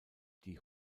die